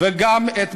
וגם את